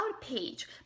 page